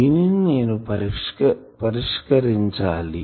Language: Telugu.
దీనిని నేను పరిష్కరించాలి